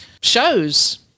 shows